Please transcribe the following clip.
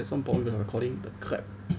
there's some problem with the recording the clap